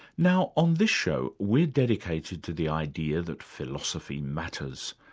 now on this show, we're dedicated to the idea that philosophy matters.